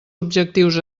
objectius